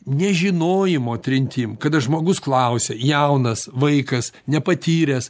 nežinojimo trintim kada žmogus klausia jaunas vaikas nepatyręs